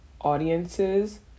audiences